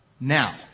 Now